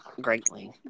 greatly